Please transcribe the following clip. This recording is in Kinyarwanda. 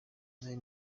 nabi